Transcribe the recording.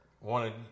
wanted